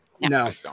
No